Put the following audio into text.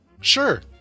Sure